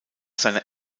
seiner